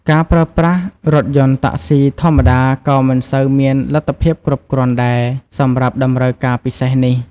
ការប្រើប្រាស់រថយន្តតាក់ស៊ីធម្មតាក៏មិនសូវមានលទ្ធភាពគ្រប់គ្រាន់ដែរ សម្រាប់តម្រូវការពិសេសនេះ។